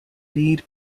lead